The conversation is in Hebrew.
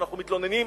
ואנחנו מתלוננים,